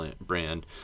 brand